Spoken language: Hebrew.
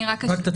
אני רק אשלים